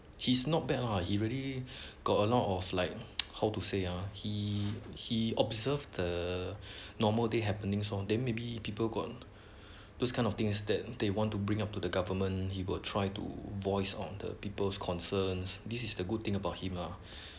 he's not bad !wah! he really got a lot of like how to say ah he he observed the normal day happenings lor then maybe people got those kind of things that they want to bring up to the government he will try to voice of the people's concerns this is a good thing about him lah